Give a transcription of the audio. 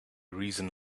reason